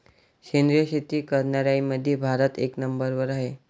सेंद्रिय शेती करनाऱ्याईमंधी भारत एक नंबरवर हाय